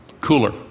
Cooler